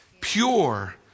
Pure